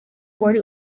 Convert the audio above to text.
wari